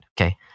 Okay